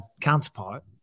counterpart